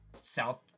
south